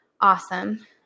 awesome